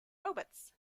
robots